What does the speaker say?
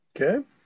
Okay